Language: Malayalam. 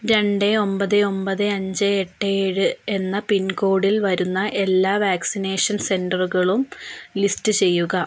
രണ്ട് ഒമ്പത് ഒമ്പത് അഞ്ച് എട്ട് ഏഴ് എന്ന പിൻകോഡിൽ വരുന്ന എല്ലാ വാക്സിനേഷൻ സെൻറ്ററുകളും ലിസ്റ്റ് ചെയ്യുക